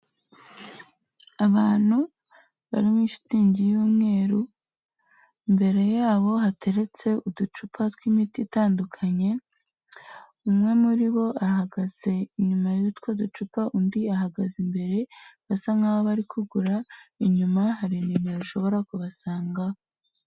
Abantu bari muri shitingi y'umweru, imbere yabo hateretse uducupa tw'imiti itandukanye umwe muri bo ahagaze inyuma y'utwo ducupa, undi ahagaze imbere, basa nkaho bari kugura inyuma hari nomero ushobora kubasangaho.